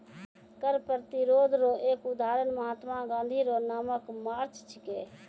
कर प्रतिरोध रो एक उदहारण महात्मा गाँधी रो नामक मार्च छिकै